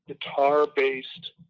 guitar-based